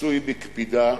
עשוי בקפידה,